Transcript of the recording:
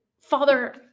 Father